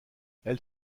elle